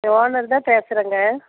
owner தான் பேசுறேன்ங்க